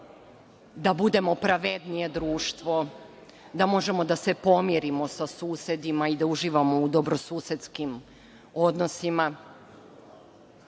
da budemo pravednije društvo, da možemo da se pomirimo sa susedima i da uživamo u dobrosusedskim odnosima.Zašto